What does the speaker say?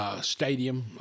stadium